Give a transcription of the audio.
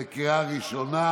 בקריאה ראשונה.